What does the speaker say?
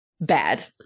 bad